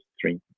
three